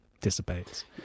dissipates